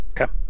Okay